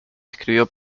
escribió